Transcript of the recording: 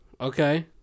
Okay